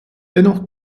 dennoch